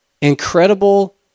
incredible